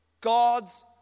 God's